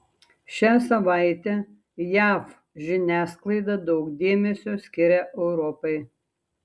šią savaitę jav žiniasklaida daug dėmesio skiria europai